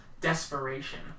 desperation